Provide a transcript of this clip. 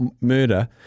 murder